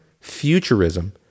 futurism